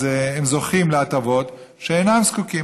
אז הם זוכים להטבות שאינם זקוקים